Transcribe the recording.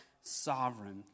sovereign